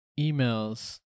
emails